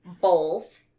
bowls